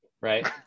Right